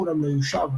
אולם לא יושב.